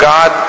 God